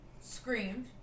screamed